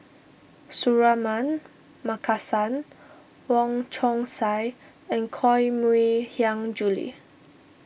Suratman Markasan Wong Chong Sai and Koh Mui Hiang Julie